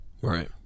right